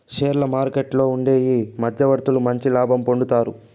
షేర్ల మార్కెట్లలో ఉండే ఈ మధ్యవర్తులు మంచి లాభం పొందుతారు